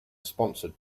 sponsored